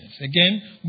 Again